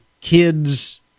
kids